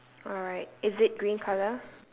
alright is it green colour